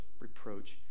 reproach